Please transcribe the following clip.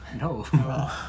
No